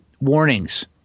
Warnings